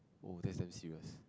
oh that's damn serious